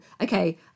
okay